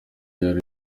yari